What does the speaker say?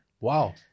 Wow